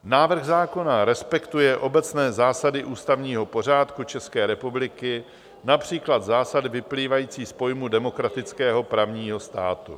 Návrh zákona respektuje obecné zásady ústavního pořádku České republiky, například zásady vyplývající z pojmu demokratického právního státu.